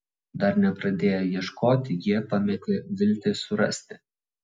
dar nepradėję ieškoti jie pametė viltį surasti